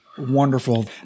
wonderful